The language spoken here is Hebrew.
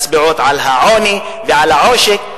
מצביעות על העוני ועל העושק.